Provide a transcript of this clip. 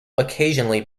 occasionally